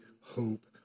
hope